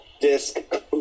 disc